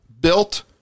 built